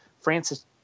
Francis